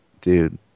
dude